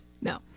no